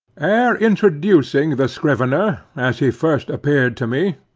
ere introducing the scrivener, as he first appeared to me,